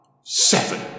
seven